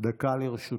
דקה לרשותך.